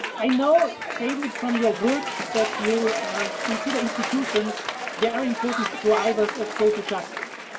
i know, david, from your works that you consider institutions very important drivers of social justice.